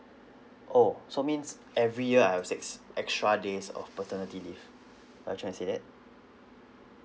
oh so means every year I have six extra days of paternity leave are you trying to say that